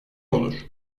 olur